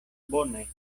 bone